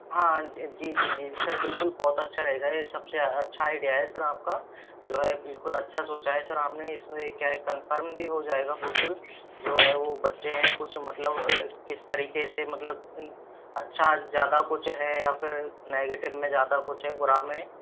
हाँ जी जी जी सर बिल्कुल बहुत अच्छा रहेगा यह सबसे अच्छा आईडिया है सर आपका जो है बिल्कुल अच्छा सोचा है सर आपने इसमें क्या है कंफर्म भी हो जाएगा बिल्कुल जो है वह बच्चे हैं कुछ मतलब किस तरीके से मतलब अच्छा ज़्यादा कुछ है या फिर नेगेटिव में ज़्यादा कुछ है बुरा में